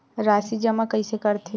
राशि जमा कइसे करथे?